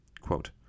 Quote